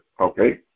okay